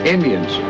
Indians